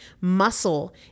Muscle